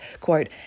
quote